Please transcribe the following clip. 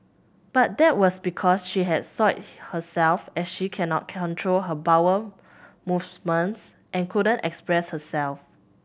but that was because she had soiled herself as she cannot control her bowel movements and couldn't express herself